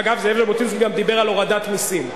אגב, זאב ז'בוטינסקי גם דיבר על הורדת מסים,